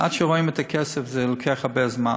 עד שרואים את הכסף לוקח הרבה זמן.